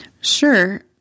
sure